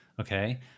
Okay